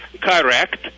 correct